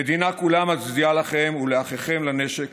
המדינה כולה מצדיעה לכם ולאחיכם לנשק